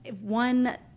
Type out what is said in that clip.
one